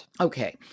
Okay